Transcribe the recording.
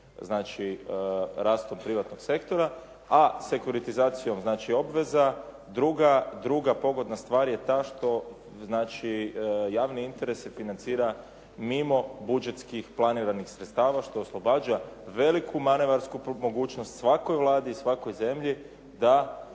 znači rastom privatnog sektora, a sekuritizacijom obveza druga pogodna stvar je ta što znači javni interes se financira mimo budžetskih planiranih sredstava što oslobađa veliku manevarsku mogućnost svakoj Vladi, svakoj zemlji da